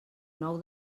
nou